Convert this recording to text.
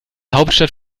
hauptstadt